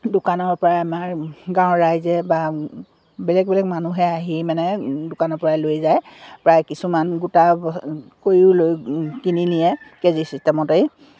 দোকানৰ পৰাই আমাৰ গাঁৱৰ ৰাইজে বা বেলেগ বেলেগ মানুহে আহি মানে দোকানৰ পৰাই লৈ যায় প্ৰায় কিছুমান গোটা কৰিও লৈ কিনি নিয়ে কেজি চিষ্টেমতেই